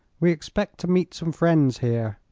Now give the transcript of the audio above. we expect to meet some friends here,